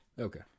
Okay